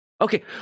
okay